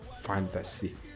fantasy